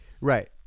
right